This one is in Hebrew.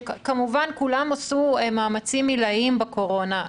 שכמובן כולם עשו מאמצים עילאיים בקורונה,